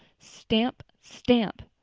stamp! stamp!